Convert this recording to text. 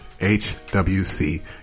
HWC